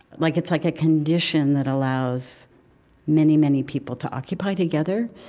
like it's like a condition that allows many, many people to occupy together.